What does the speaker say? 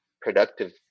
productive